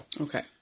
Okay